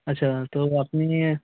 আচ্ছা তো আপনি